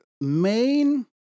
main